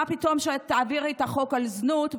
מה פתאום שאת תעבירי את החוק על זנות?